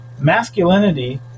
masculinity